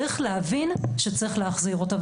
צריך להבין שצריך להחזיר אותו.